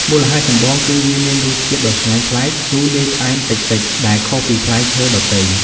មូលហេតុចម្បង គឺ វាមានរសជាតិដ៏ឆ្ងាញ់ប្លែក ជូរលាយផ្អែមតិចៗ ដែលខុសពីផ្លែឈើដទៃ។